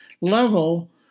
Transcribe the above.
level